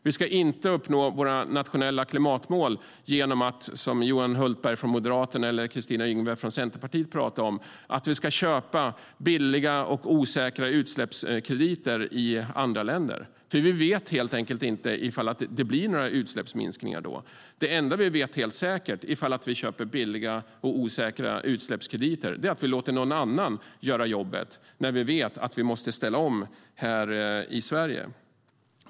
Vi ska inte uppnå våra nationella klimatmål genom att, som Johan Hultberg från Moderaterna och Kristina Yngwe från Centerpartiet talar om, köpa billiga och osäkra utsläppskrediter i andra länder. Vi vet helt enkelt inte ifall det blir några utsläppsminskningar då. Det enda vi vet helt säkert ifall vi köper billiga och osäkra utsläppskrediter är att vi låter någon annan göra jobbet, när vi vet att vi måste ställa om här i Sverige.